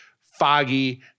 foggy